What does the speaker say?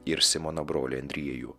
ir simono brolį andriejų